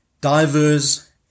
Diverse